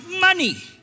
money